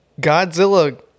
Godzilla